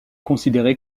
considéré